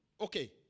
Okay